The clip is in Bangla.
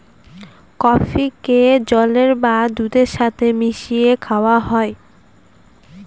কফিকে জলের বা দুধের সাথে মিশিয়ে খাওয়া হয়